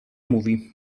mówi